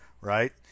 right